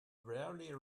rarely